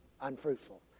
unfruitful